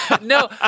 No